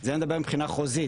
זה אני מדבר מבחינה חוזית.